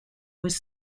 was